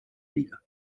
liga